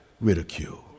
ridicule